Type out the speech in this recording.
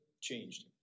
changed